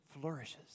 flourishes